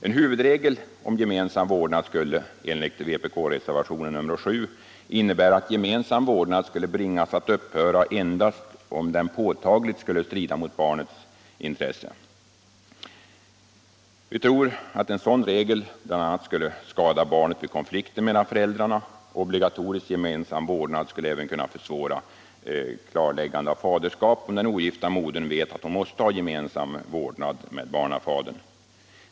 En huvudregel om gemensam vårdnad skulle enligt vpk-reservationen 7 innebära att den gemensamma vårdnaden skulle bringas att upphöra endast om den påtagligt skulle strida mot barnets intressen. Vi tror att en sådan regel bl.a. skulle skada barnet vid konflikter mellan föräldrarna. Obligatorisk gemensam vårdnad skulle även kunna försvåra klarläggande av faderskap om den ogifta modern vet att hon måste ha gemensam vårdnad om barnet med barnafadern.